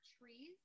trees